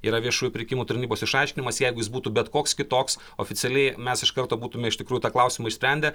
yra viešųjų pirkimų tarnybos išaiškinimas jeigu jis būtų bet koks kitoks oficialiai mes iš karto būtume iš tikrųjų tą klausimą išsprendę